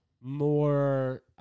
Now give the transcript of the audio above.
more